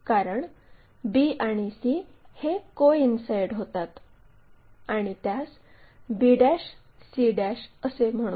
कारण b आणि c हे कोइन्साईड होतात आणि त्यास b c असे म्हणू